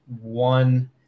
one